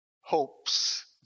hopes